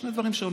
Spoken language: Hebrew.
שני דברים שונים.